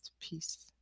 Peace